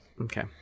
Okay